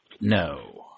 No